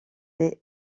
des